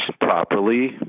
properly